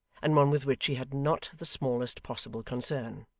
and one with which he had not the smallest possible concern.